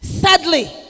Sadly